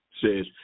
says